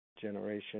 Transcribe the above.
Generation